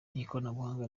nikoranabuhanga